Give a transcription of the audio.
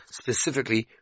specifically